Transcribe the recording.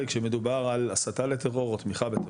כשמדובר על הסתה לטרור או תמיכה בטרור,